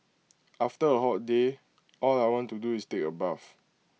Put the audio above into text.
after A hot day all I want to do is take A bath